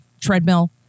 treadmill